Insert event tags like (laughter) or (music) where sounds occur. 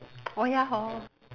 (noise) oh ya hor